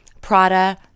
Prada